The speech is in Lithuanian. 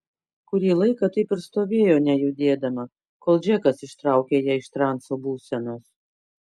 kurį laiką taip ir stovėjo nejudėdama kol džekas ištraukė ją iš transo būsenos